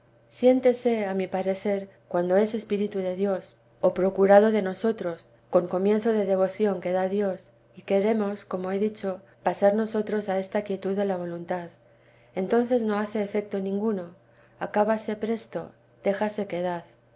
siéntese a mi parecer cuando es espíritu de dios o procurado de nos vida de la santa madreotros con comienzo de devoción que da dios y queremos como he dicho pasar nosotros a esta quietud de la voluntad entonces no hace efecto ninguno acábase presto deja sequedad